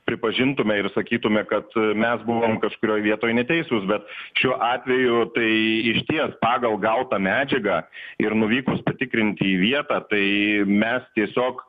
pripažintume ir sakytume kad mes buvom kažkurioje vietoj neteisūs bet šiuo atveju tai išties pagal gautą medžiagą ir nuvykus patikrinti į vietą tai mes tiesiog